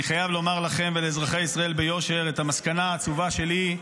אני חייב לומר לכם ולאזרחי ישראל ביושר את המסקנה העצובה שלי,